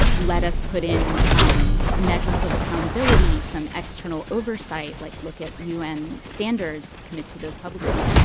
let us put in um measures of accountability, some external oversight, like, look at u n. standards commit to those publicly.